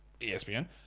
ESPN